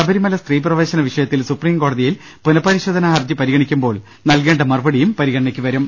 ശബ രിമല സ്ത്രി പ്രവേശന വിഷയത്തിൽ സുപ്രിംകോടതിയിൽ പുനപരിശോധനാ ഹർജി പരിഗണിക്കുമ്പോൾ നൽകേണ്ട മറുപ ടിയും പരിഗണനക്ക് വരും